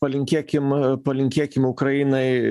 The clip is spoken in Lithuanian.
palinkėkim palinkėkim ukrainai